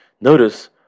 Notice